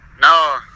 No